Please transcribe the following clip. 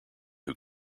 who